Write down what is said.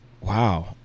wow